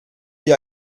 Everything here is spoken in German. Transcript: wie